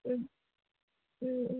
ও